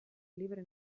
libre